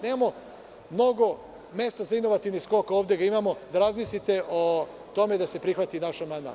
Nemamo mnogo mesta za inovativni skok, a ovde ga imamo, dakle, da razmislite o tome da se prihvati naša amandman.